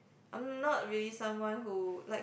I'm not really someone who likes